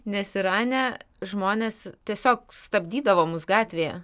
nes irane žmonės tiesiog stabdydavo mus gatvėje